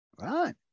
Right